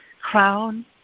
crown